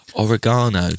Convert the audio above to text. Oregano